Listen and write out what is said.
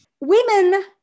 women